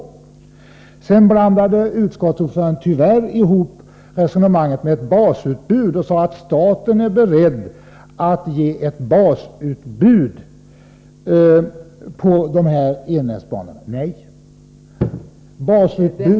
Sedan blandade tyvärr utskottsordföranden ihop resonemanget. Han sade att staten är beredd att ge ett basutbud på E-nätsbanorna. Nej, basutbudet